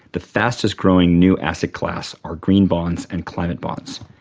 the fastest growing new asset class are green bonds and climate bonds.